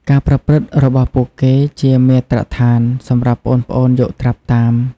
ការប្រព្រឹត្តរបស់ពួកគេជា មាត្រដ្ឋាន សម្រាប់ប្អូនៗយកត្រាប់តាម។